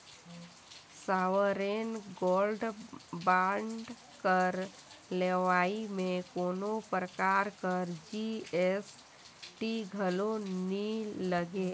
sovereign gold bond कर लेवई में कोनो परकार कर जी.एस.टी घलो नी लगे